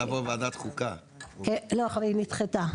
לא, היא נדחתה.